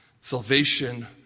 salvation